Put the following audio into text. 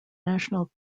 national